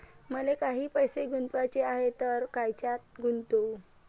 मले काही पैसे गुंतवाचे हाय तर कायच्यात गुंतवू?